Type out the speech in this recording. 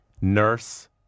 Nurse